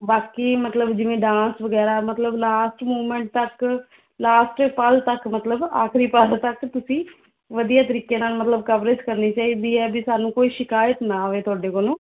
ਬਾਕੀ ਮਤਲਬ ਜਿਵੇਂ ਡਾਂਸ ਵਗੈਰਾ ਮਤਲਬ ਲਾਸਟ ਮੂਮੈਂਟ ਤੱਕ ਲਾਸਟ ਪਲ ਤੱਕ ਮਤਲਬ ਆਖਰੀ ਪਲ ਤੱਕ ਤੁਸੀਂ ਵਧੀਆ ਤਰੀਕੇ ਨਾਲ ਮਤਲਬ ਕਵਰੇਜ ਕਰਨੀ ਚਾਹੀਦੀ ਹੈ ਵੀ ਸਾਨੂੰ ਕੋਈ ਸ਼ਿਕਾਇਤ ਨਾ ਆਵੇ ਤੁਹਾਡੇ ਕੋਲੋਂ